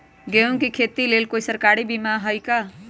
गेंहू के खेती के लेल कोइ सरकारी बीमा होईअ का?